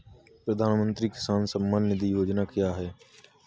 प्रधानमंत्री किसान सम्मान निधि योजना क्या है?